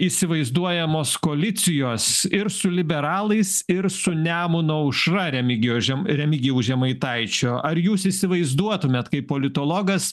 įsivaizduojamos koalicijos ir su liberalais ir su nemuno aušra remigijaus žem remigijaus žemaitaičio ar jūs įsivaizduotumėt kaip politologas